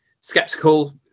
skeptical